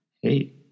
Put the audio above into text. hey